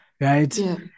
Right